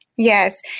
Yes